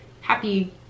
happy